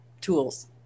tools